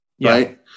Right